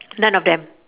none of them